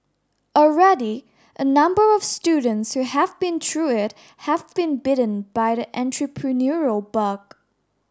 already a number of students who have been through it have been bitten by the entrepreneurial bug